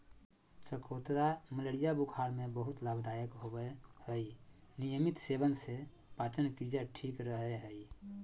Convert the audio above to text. चकोतरा मलेरिया बुखार में बहुत लाभदायक होवय हई नियमित सेवन से पाचनक्रिया ठीक रहय हई